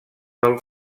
del